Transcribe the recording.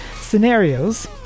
scenarios